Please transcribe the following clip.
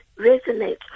resonate